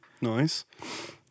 Nice